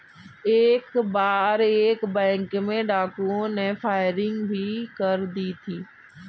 एक बार एक बैंक में डाकुओं ने फायरिंग भी कर दी थी